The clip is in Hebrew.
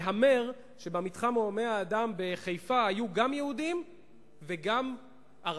וכך גם השלום עם